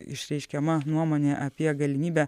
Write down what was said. išreiškiama nuomonė apie galimybę